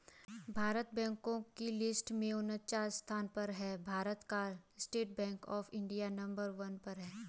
भारत बैंको की लिस्ट में उनन्चास स्थान पर है भारत का State Bank of India number one पर है